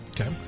Okay